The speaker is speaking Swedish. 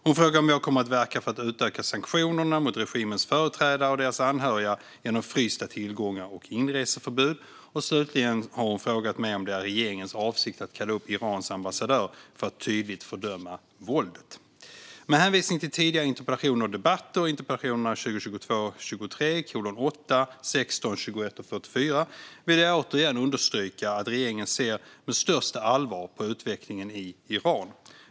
Hon frågar om jag kommer att verka för att utöka sanktionerna mot regimens företrädare och deras anhöriga genom frysta tillgångar och inreseförbud. Slutligen har hon frågat mig om det är regeringens avsikt att kalla upp Irans ambassadör för att tydligt fördöma våldet. Med hänvisning till tidigare interpellationer och debatter - interpellationerna 2022 23:16, 2022 23:44 - vill jag återigen understryka att regeringen ser med största allvar på utvecklingen i Iran.